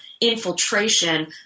infiltration